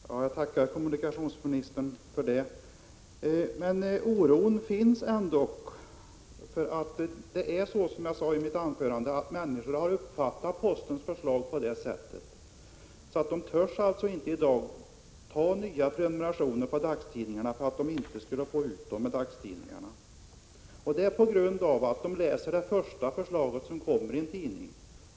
Herr talman! Jag tackar kommunikationsministern för det. Men oron finns ändock, för det är så som jag sade i mitt anförande, att människor har uppfattat postens förslag på ett sådant sätt att man inte i dag törs teckna nya prenumerationer på dagstidningarna, eftersom man är orolig för att inte få tidningarna på lördagen. Detta beror på att folk har läst om det första förslaget i en tidning.